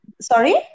Sorry